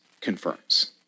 confirms